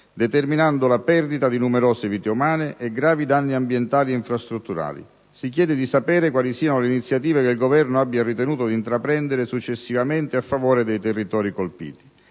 determinando la perdita di numerose vite umane e gravi danni ambientali e infrastrutturali. Si chiede di sapere quali iniziative il Governo abbia ritenuto di intraprendere successivamente a favore dei territori colpiti.